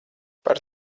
par